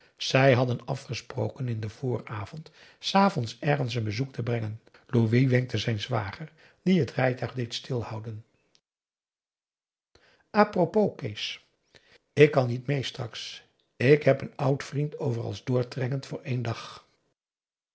zij hadden afgesproken in den vooravond samen ergens een bezoek te brengen louis wenkte zijn zwager die het rijtuig deed stilhouden a propos kees ik kan niet meê straks ik heb een oud vriend over als doortrekkend voor één dag